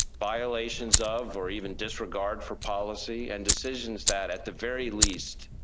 violations of or even disregard for policy and decisions that, at the very least,